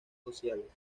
sociales